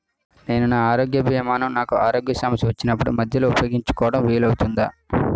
నేను నా ఆరోగ్య భీమా ను నాకు ఆరోగ్య సమస్య వచ్చినప్పుడు మధ్యలో ఉపయోగించడం వీలు అవుతుందా?